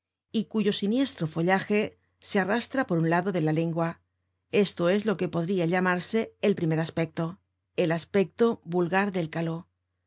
y cuyo siniestro follaje se arrastra por un lado de la lengua esto es lo que podria llamarse el primer aspecto nosotros creemos que el caló viene del